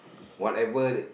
whatever that